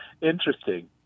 Interesting